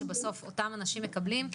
שבסוף אותם אנשים מקבלים,